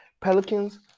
Pelicans